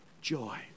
Joy